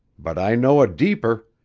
but i know a deeper.